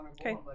Okay